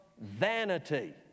vanity